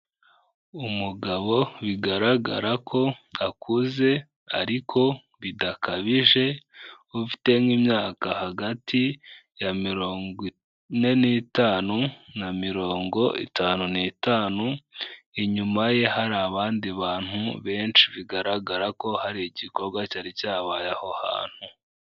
Umugabo bigaragara ko akuze ariko bidakabije, ufite nk'imyaka hagati ya mirongo ine n'itanu na mirongo itanu n'itanu, inyuma ye hari abandi bantu benshi, bigaragara ko hari igikorwa cyari cyabaye aho hantu.